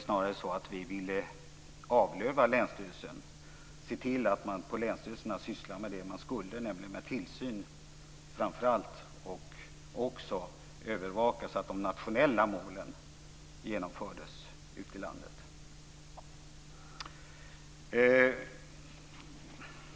Snarare ville vi avlöva länsstyrelsen och se till att man där sysslar med det man ska syssla med: framför allt tillsyn men också övervakning av de nationella målens genomförande ute i landet.